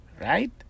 right